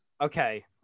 Okay